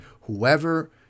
Whoever